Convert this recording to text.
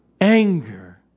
anger